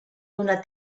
donar